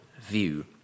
view